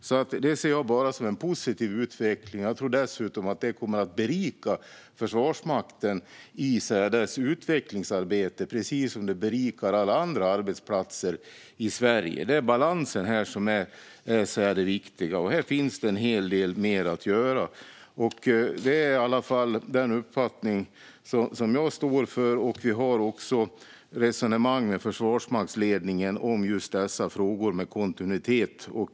Jag ser detta bara som en positiv utveckling, och jag tror dessutom att det kommer att berika Försvarsmakten i dess utvecklingsarbete, precis som det berikar alla andra arbetsplatser i Sverige. Det är balansen som är det viktiga här, och här finns det en hel del mer att göra. Det är i alla fall den uppfattning som jag står för. Vi för med kontinuitet resonemang med försvarsmaktsledningen om just dessa frågor.